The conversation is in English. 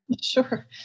Sure